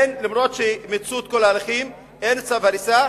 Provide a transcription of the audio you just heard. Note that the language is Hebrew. אין, אף שמיצו את כל ההליכים, אין צו הריסה,